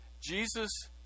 Jesus